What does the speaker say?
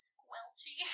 Squelchy